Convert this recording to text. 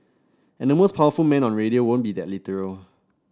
and the most powerful man on radio won't be that literal